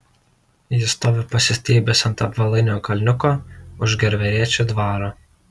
jis stovi pasistiebęs ant apvalaino kalniuko už gervėračio dvaro